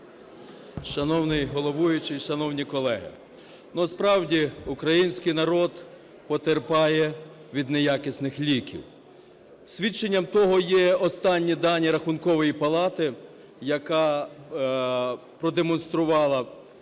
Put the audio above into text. Шановний головуючий, шановні колеги, ну, справді український народ потерпає від неякісних ліків. Свідченням того є останні дані Рахункової палати, яка продемонструвала результати